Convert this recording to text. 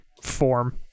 form